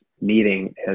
meeting